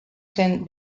zen